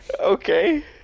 Okay